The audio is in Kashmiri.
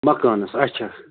مکانس اچھا